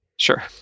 Sure